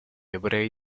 ebrei